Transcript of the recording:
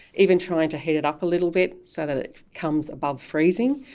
even trying to heat it up a little bit so that it comes above freezing,